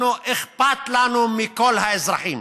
אנחנו, אכפת לנו מכל האזרחים,